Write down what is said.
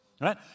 right